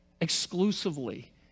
exclusively